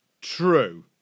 True